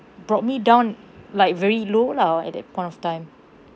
brought me down like very low lah at that point of time